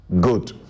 good